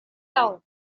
towns